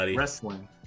Wrestling